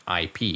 IP